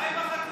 מה עם החקלאים?